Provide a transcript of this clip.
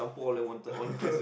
oh